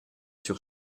sur